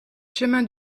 chemin